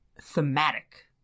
thematic